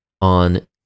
on